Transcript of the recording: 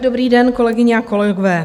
Dobrý den, kolegyně a kolegové.